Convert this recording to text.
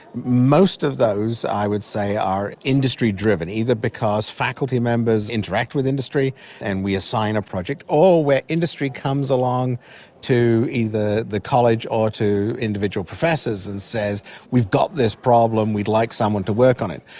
most of those i would say are industry driven, either because faculty members interact with industry and we assign a project, or where industry comes along to either the college or to individual professors and says we've got this problem, we'd like someone to work on it.